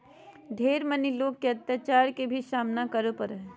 ढेर मनी लोग के अत्याचार के भी सामना करे पड़ो हय